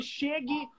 chegue